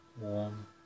warm